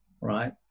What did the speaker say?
right